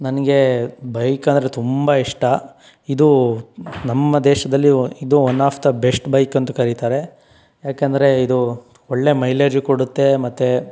ನನಗೆ ಬೈಕ್ ಅಂದರೆ ತುಂಬ ಇಷ್ಟ ಇದು ನಮ್ಮ ದೇಶದಲ್ಲಿ ಇದು one of the best bike ಅಂತ ಕರೀತಾರೆ ಯಾಕೆಂದರೆ ಇದು ಒಳ್ಳೆಯ ಮೈಲೇಜೂ ಕೊಡುತ್ತೆ ಮತ್ತು